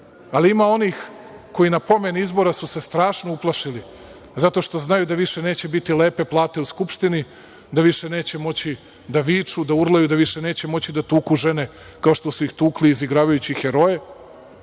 ali ima onih koji na pomen izbora su se strašno uplašili zato što znaju da više neće biti lepe plate u Skupštini, da više neće moći da viču, da urlaju, da više neće moći da tuku žene kao što su ih tukli izigravajući heroje